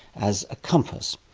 as a compass.